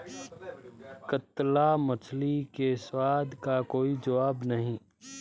कतला मछली के स्वाद का कोई जवाब नहीं